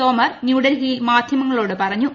തോമർ ന്യൂഡൽഹിയിൽ മാധ്യമങ്ങളോട് പറഞ്ഞു